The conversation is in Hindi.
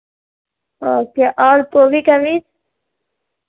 ओके क्या और गोभी का भी